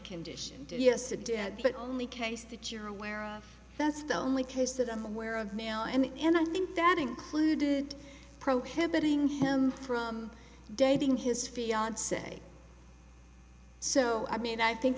condition yes it did but only case that you're aware of that's the only case that i'm aware of now and i think that included prohibiting him from dating his fiance so i mean i think